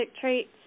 traits